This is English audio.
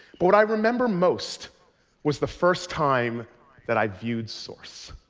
but what i remember most was the first time that i viewed source.